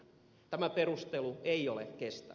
tämä perustelu ei ole kestävä